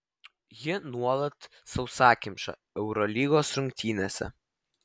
ji nuolat sausakimša eurolygos rungtynėse